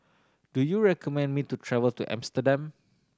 do you recommend me to travel to Amsterdam